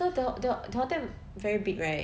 so the the the hotel very big right